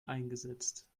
eingesetzt